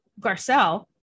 Garcelle